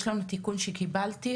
יש לנו תיקון שקיבלתי,